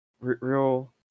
real